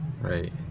right